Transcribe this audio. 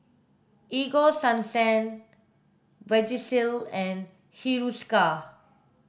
Ego Sunsense Vagisil and Hiruscar